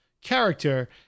character